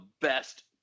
best